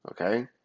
okay